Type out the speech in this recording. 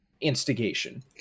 instigation